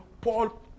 Paul